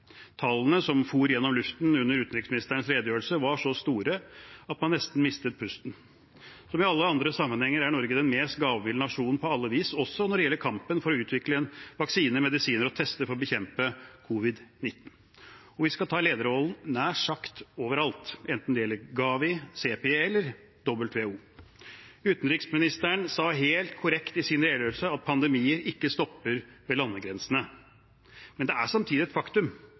Tallene som for gjennom luften under utenriksministerens redegjørelse, var så store at man nesten mistet pusten. Som i alle andre sammenhenger er Norge den mest gavmilde nasjonen på alle vis, også når det gjelder kampen for å utvikle en vaksine, medisiner og tester for å bekjempe covid-19. Og vi skal ta lederrollen nær sagt overalt, enten det gjelder Gavi, CEPI eller WHO. Utenriksministeren sa helt korrekt i sin redegjørelse at pandemier ikke stopper ved landegrensene, men det er samtidig et faktum